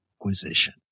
acquisition